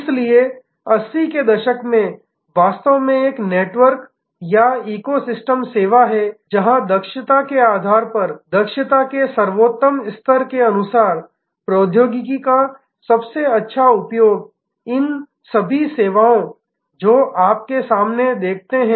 इसलिए 80 के दशक में वास्तव में एक नेटवर्क या ईको सिस्टम सेवा है जहां दक्षता के आधार पर दक्षता के सर्वोत्तम स्तर के अनुसार प्रौद्योगिकी का सबसे अच्छा उपयोग इन सभी सेवाओं जो आप के सामने देखते हैं